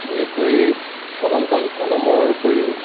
বিশেষকৈ কলম কাগ কলমৰ উপৰিও